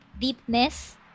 deepness